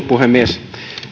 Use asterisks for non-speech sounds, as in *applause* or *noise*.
*unintelligible* puhemies